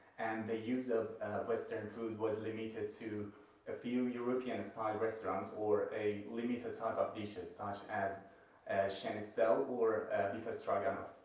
and the use of western food was limited to a few european style restaurants, or a limited type of dishes such as as and and so or beef stroganoff.